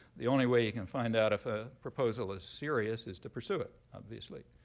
the only way you can find out if a proposal is serious is to pursue it, obviously.